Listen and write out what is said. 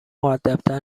مودبتر